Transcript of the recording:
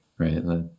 Right